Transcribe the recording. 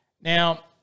Now